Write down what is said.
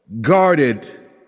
guarded